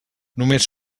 només